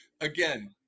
again